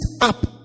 up